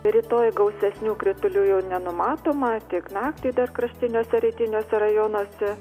rytoj gausesnių kritulių jau nenumatoma tik naktį dar kraštiniuose rytiniuose rajonuose